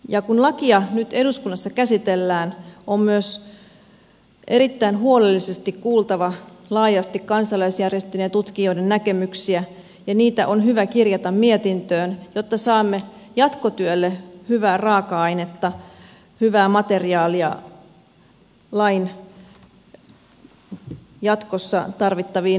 ja kun lakia nyt eduskunnassa käsitellään on myös erittäin huolellisesti kuultava laajasti kansalaisjärjestöjen ja tutkijoiden näkemyksiä ja niitä on hyvä kirjata mietintöön jotta saamme jatkotyölle hyvää raaka ainetta hyvää materiaalia lain jatkossa tarvittaviin muutostöihin